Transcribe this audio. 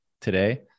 today